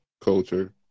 culture